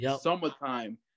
summertime